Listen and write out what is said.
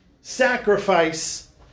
sacrifice